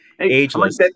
ageless